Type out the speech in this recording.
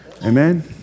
Amen